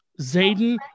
Zayden